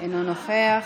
אינו נוכח,